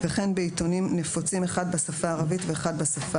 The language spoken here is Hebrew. וכן בעיתונים נפוצים אחד בשפה הערבית ואחד בשפה